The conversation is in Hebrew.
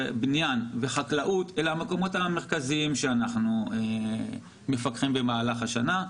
בניין וחקלאות אלה המקומות המרכזיים שאנחנו מפקחים עליהם במהלך השנה.